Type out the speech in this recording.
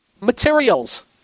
Materials